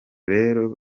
reba